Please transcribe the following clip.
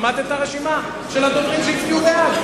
שמעת את הרשימה של הדוברים שהצביעו בעד?